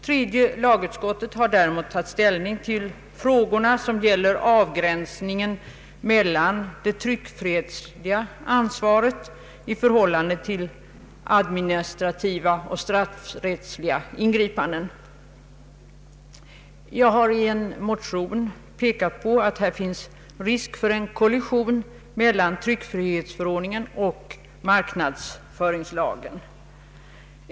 Tredje lagutskottet har däremot tagit ställning till frågorna som gäller avgränsning av det tryckfrihetsrättsliga ansvaret i förhållande till administrativa och straffrättsliga ingripanden. Jag har i en motion framhållit att här finns risk för en kollision mellan tryckfrihetsförordningen och marknadsföringslagen.